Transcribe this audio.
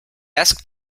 asked